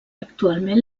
actualment